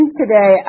today